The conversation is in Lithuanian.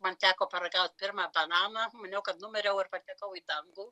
man teko paragaut pirmą bananą maniau kad numiriau ir patekau į dangų